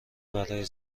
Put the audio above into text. برای